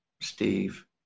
Steve